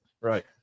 Right